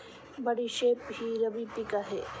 बडीशेप हे रब्बी पिक आहे